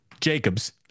Jacobs